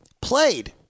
Played